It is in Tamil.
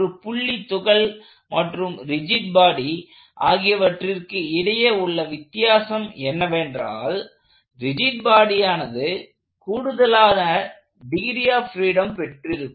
ஒரு புள்ளி துகள் மற்றும் ரிஜிட் பாடி ஆகியவற்றிற்கு இடையே உள்ள வித்தியாசம் என்னவென்றால் ரிஜிட் பாடியானது கூடுதலாக டிகிரி ஆப் பிரீடம் பெற்றிருக்கும்